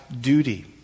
duty